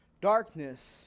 darkness